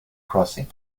crossing